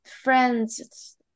friends